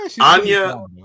Anya